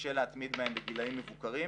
שקשה להתמיד בהן בגילאים מבוגרים.